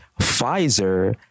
Pfizer